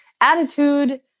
attitude